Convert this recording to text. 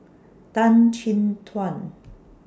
Tan Chin Tuan